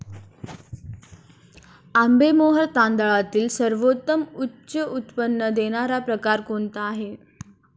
आंबेमोहोर तांदळातील सर्वोत्तम उच्च उत्पन्न देणारा प्रकार कोणता आहे?